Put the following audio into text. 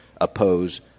oppose